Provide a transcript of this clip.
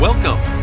Welcome